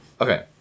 Okay